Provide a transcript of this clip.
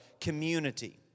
community